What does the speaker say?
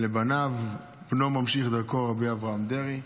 לבניו, לבנו ממשיך דרכו רבי אברהם דרעי,